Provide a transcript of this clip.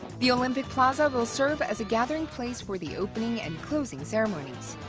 the olympic plaza will serve as a gathering place for the opening and closing ceremonies.